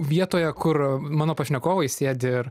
vietoje kur mano pašnekovai sėdi ir